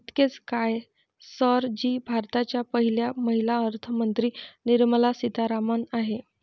इतकेच काय, सर जी भारताच्या पहिल्या महिला अर्थमंत्री निर्मला सीतारामन आहेत